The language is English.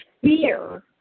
fear